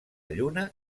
lluna